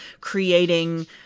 creating